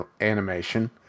animation